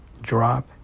drop